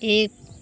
एक